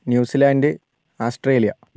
New Zealand Australia